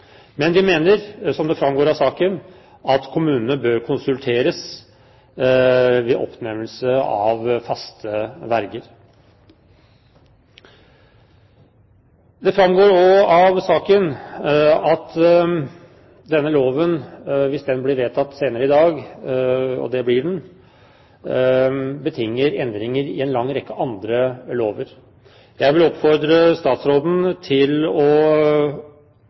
Vi mener, som det framgår av saken, at kommunene bør konsulteres ved oppnevnelse av faste verger. Det framgår også av saken at denne loven, hvis den blir vedtatt senere i dag – og det blir den – betinger endringer i en lang rekke andre lover. Jeg vil oppfordre statsråden til å